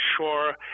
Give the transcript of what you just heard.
sure